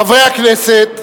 חברי הכנסת,